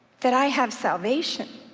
that i have salvation.